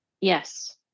yes